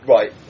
Right